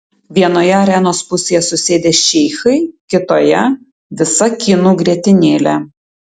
vienoje arenos pusėje susėdę šeichai kitoje visa kinų grietinėlė